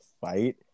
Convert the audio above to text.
fight